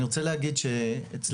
אני רוצה להגיד שאצלנו,